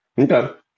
Okay